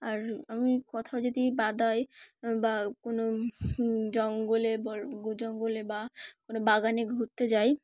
আর আমি কোথাও যদি বাদায় বা কোনো জঙ্গলে গো জঙ্গলে বা কোনো বাগানে ঘুরতে যাই